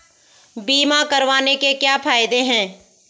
बीमा करवाने के क्या फायदे हैं?